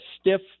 stiff